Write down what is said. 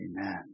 Amen